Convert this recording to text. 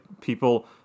people